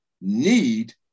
need